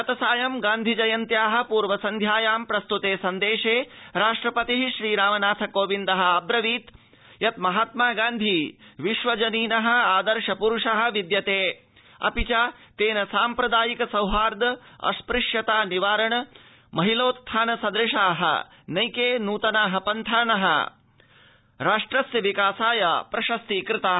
गतसायं गान्धि जयन्त्याः पूर्वसन्ध्यायां प्रस्तुत सन्देशे राष्ट्रपतिः श्रीरामनाथ कोविन्दः अवदत् अवदत् अयत् अमहात्मा गान्धी विश्वजनीनः आदर्श पुरुषः विद्यते अपि च तेन साम्प्रदायिकसौहार्दास्पृश्यतानिवारण महिलोत्थानसदृशाः नैके नृतनाः पन्थानः राष्ट्रस्य विकासाय प्रशस्तीकृताः